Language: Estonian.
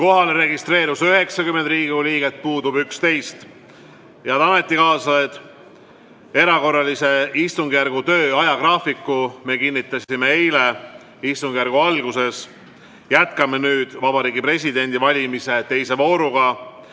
registreerus 90 Riigikogu liiget, puudub 11. Head ametikaaslased, erakorralise istungjärgu töö ajagraafiku me kinnitasime eile istungjärgu alguses. Jätkame nüüd Vabariigi Presidendi valimise teise vooruga